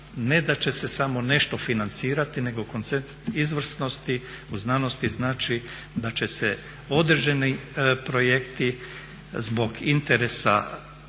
ne da će se samo nešto financirati nego koncept izvrsnosti u znanosti znači da će se određeni projekti zbog interesa,